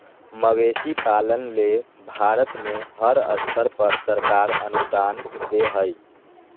मवेशी पालन ले भारत में हर स्तर पर सरकार अनुदान दे हई